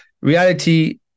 Reality